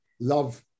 Love